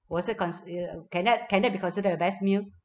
was that consi~ uh can that can that be considered your best meal